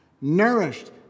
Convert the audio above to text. nourished